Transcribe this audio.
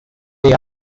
they